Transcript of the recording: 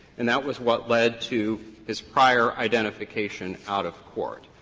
and that was what led to his prior identification out of court.